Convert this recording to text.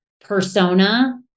persona